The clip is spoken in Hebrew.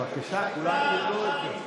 בבקשה, כולם קיבלו את זה.